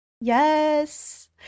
Yes